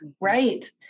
Right